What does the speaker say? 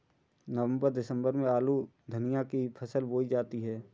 नवम्बर दिसम्बर में आलू धनिया की फसल बोई जाती है?